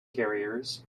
carriers